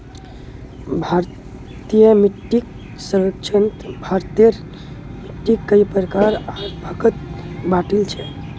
भारतीय मिट्टीक सर्वेक्षणत भारतेर मिट्टिक कई प्रकार आर भागत बांटील छे